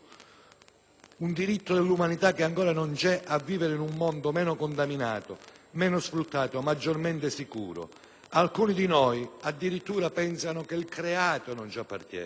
futuro, dell'umanità che ancora non c'è, a vivere in un mondo meno contaminato, meno sfruttato, maggiormente sicuro. Alcuni di noi addirittura pensano che il Creato non ci appartenga.